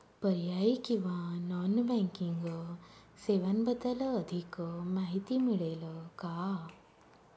पर्यायी किंवा non banking सेवांबद्दल अधिक माहिती मिळेल का?